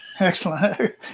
Excellent